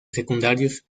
secundarios